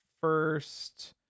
first